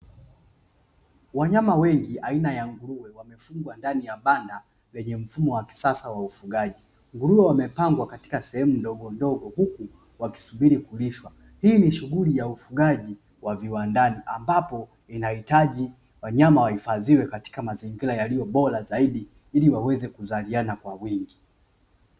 Wanyama wengi aina ya nguruwe wamefungwa ndani ya banda lenye mfumo wa kisasa wa ufugaji. Nguruwe wamepangwa katika sehemu ndogo ndogo huku wakisubiri kulishwa. Hii ni shughuli ya ufugaji wa viwandani ambapo inahitaji wanyama wahifadhiwe katika mazingira yaliyo bora zaidi ili waweze kuzaliana kwa wingi.